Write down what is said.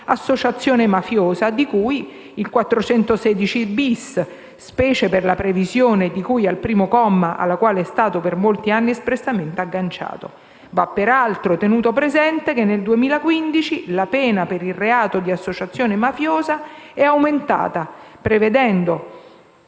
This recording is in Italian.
associazione mafiosa di cui all'articolo 416-*bis* del codice penale, specie per la previsione di cui al primo comma, alla quale è stato per molti anni espressamente agganciato. Va peraltro tenuto presente che nel 2015 la pena per il reato di associazione mafiosa è aumentata, prevedendo,